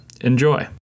Enjoy